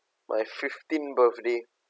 my fifteenth birthday